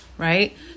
Right